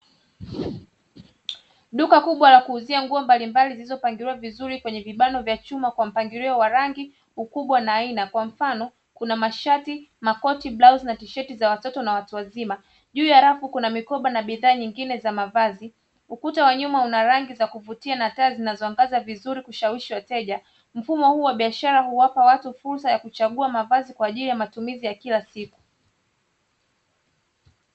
Duka kubwa la kuuzia nguo mbalimbali zilizopangiliwa vizuri kwenye vibano vya chuma kwa mpangilio wa rangi, ukubwa, na aina; kwa mfano kuna mashati, makoti, blauzi, na tisheti; za watoto na watu wazima. Juu ya rafu kuna mikoba, na bidhaa nyingine za mavazi. Ukuta wa nyuma una rangi za kuvutia na taa zinazoangaza vizuri kushawishi wateja. Mfumo huu wa biashara huwapa watu fursa ya kuchagua mavazi kwa ajili ya matumizi ya kila siku.